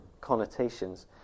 connotations